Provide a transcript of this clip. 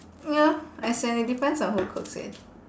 ya as in it depends on who cooks it